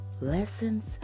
Lessons